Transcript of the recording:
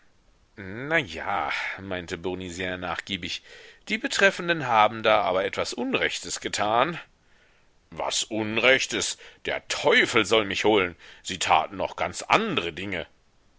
ja meinte bournisien nachgiebig die betreffenden haben da aber etwas unrechtes getan was unrechtes der teufel soll mich holen sie taten noch ganz andre dinge